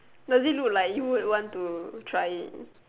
does it look like you would want to try it